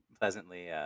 pleasantly